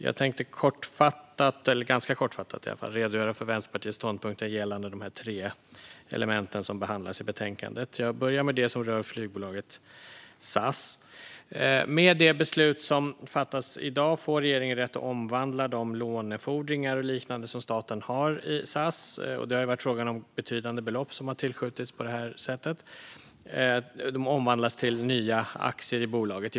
Jag tänkte kortfattat - eller ganska kortfattat i alla fall - redogöra för Vänsterpartiets ståndpunkter gällande de tre element som behandlas i betänkandet. Jag börjar med det som rör flygbolaget SAS. Med det beslut som fattas i dag får regeringen rätt att omvandla de lånefordringar och liknande som staten har i SAS. Det har ju varit frågan om betydande belopp som har tillskjutits på det här sättet, och detta omvandlas till nya aktier i bolaget.